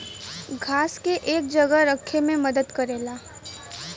घास के एक जगह रखे मे मदद करेला